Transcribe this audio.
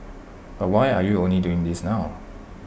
but why are you only doing this now